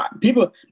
people